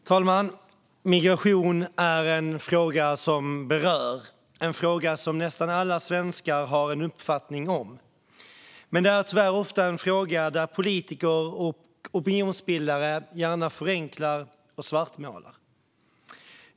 Fru talman! Migration är en fråga som berör och som nästan alla svenskar har en uppfattning om, men det är tyvärr ofta en fråga där politiker och opinionsbildare gärna förenklar och svartmålar.